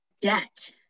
debt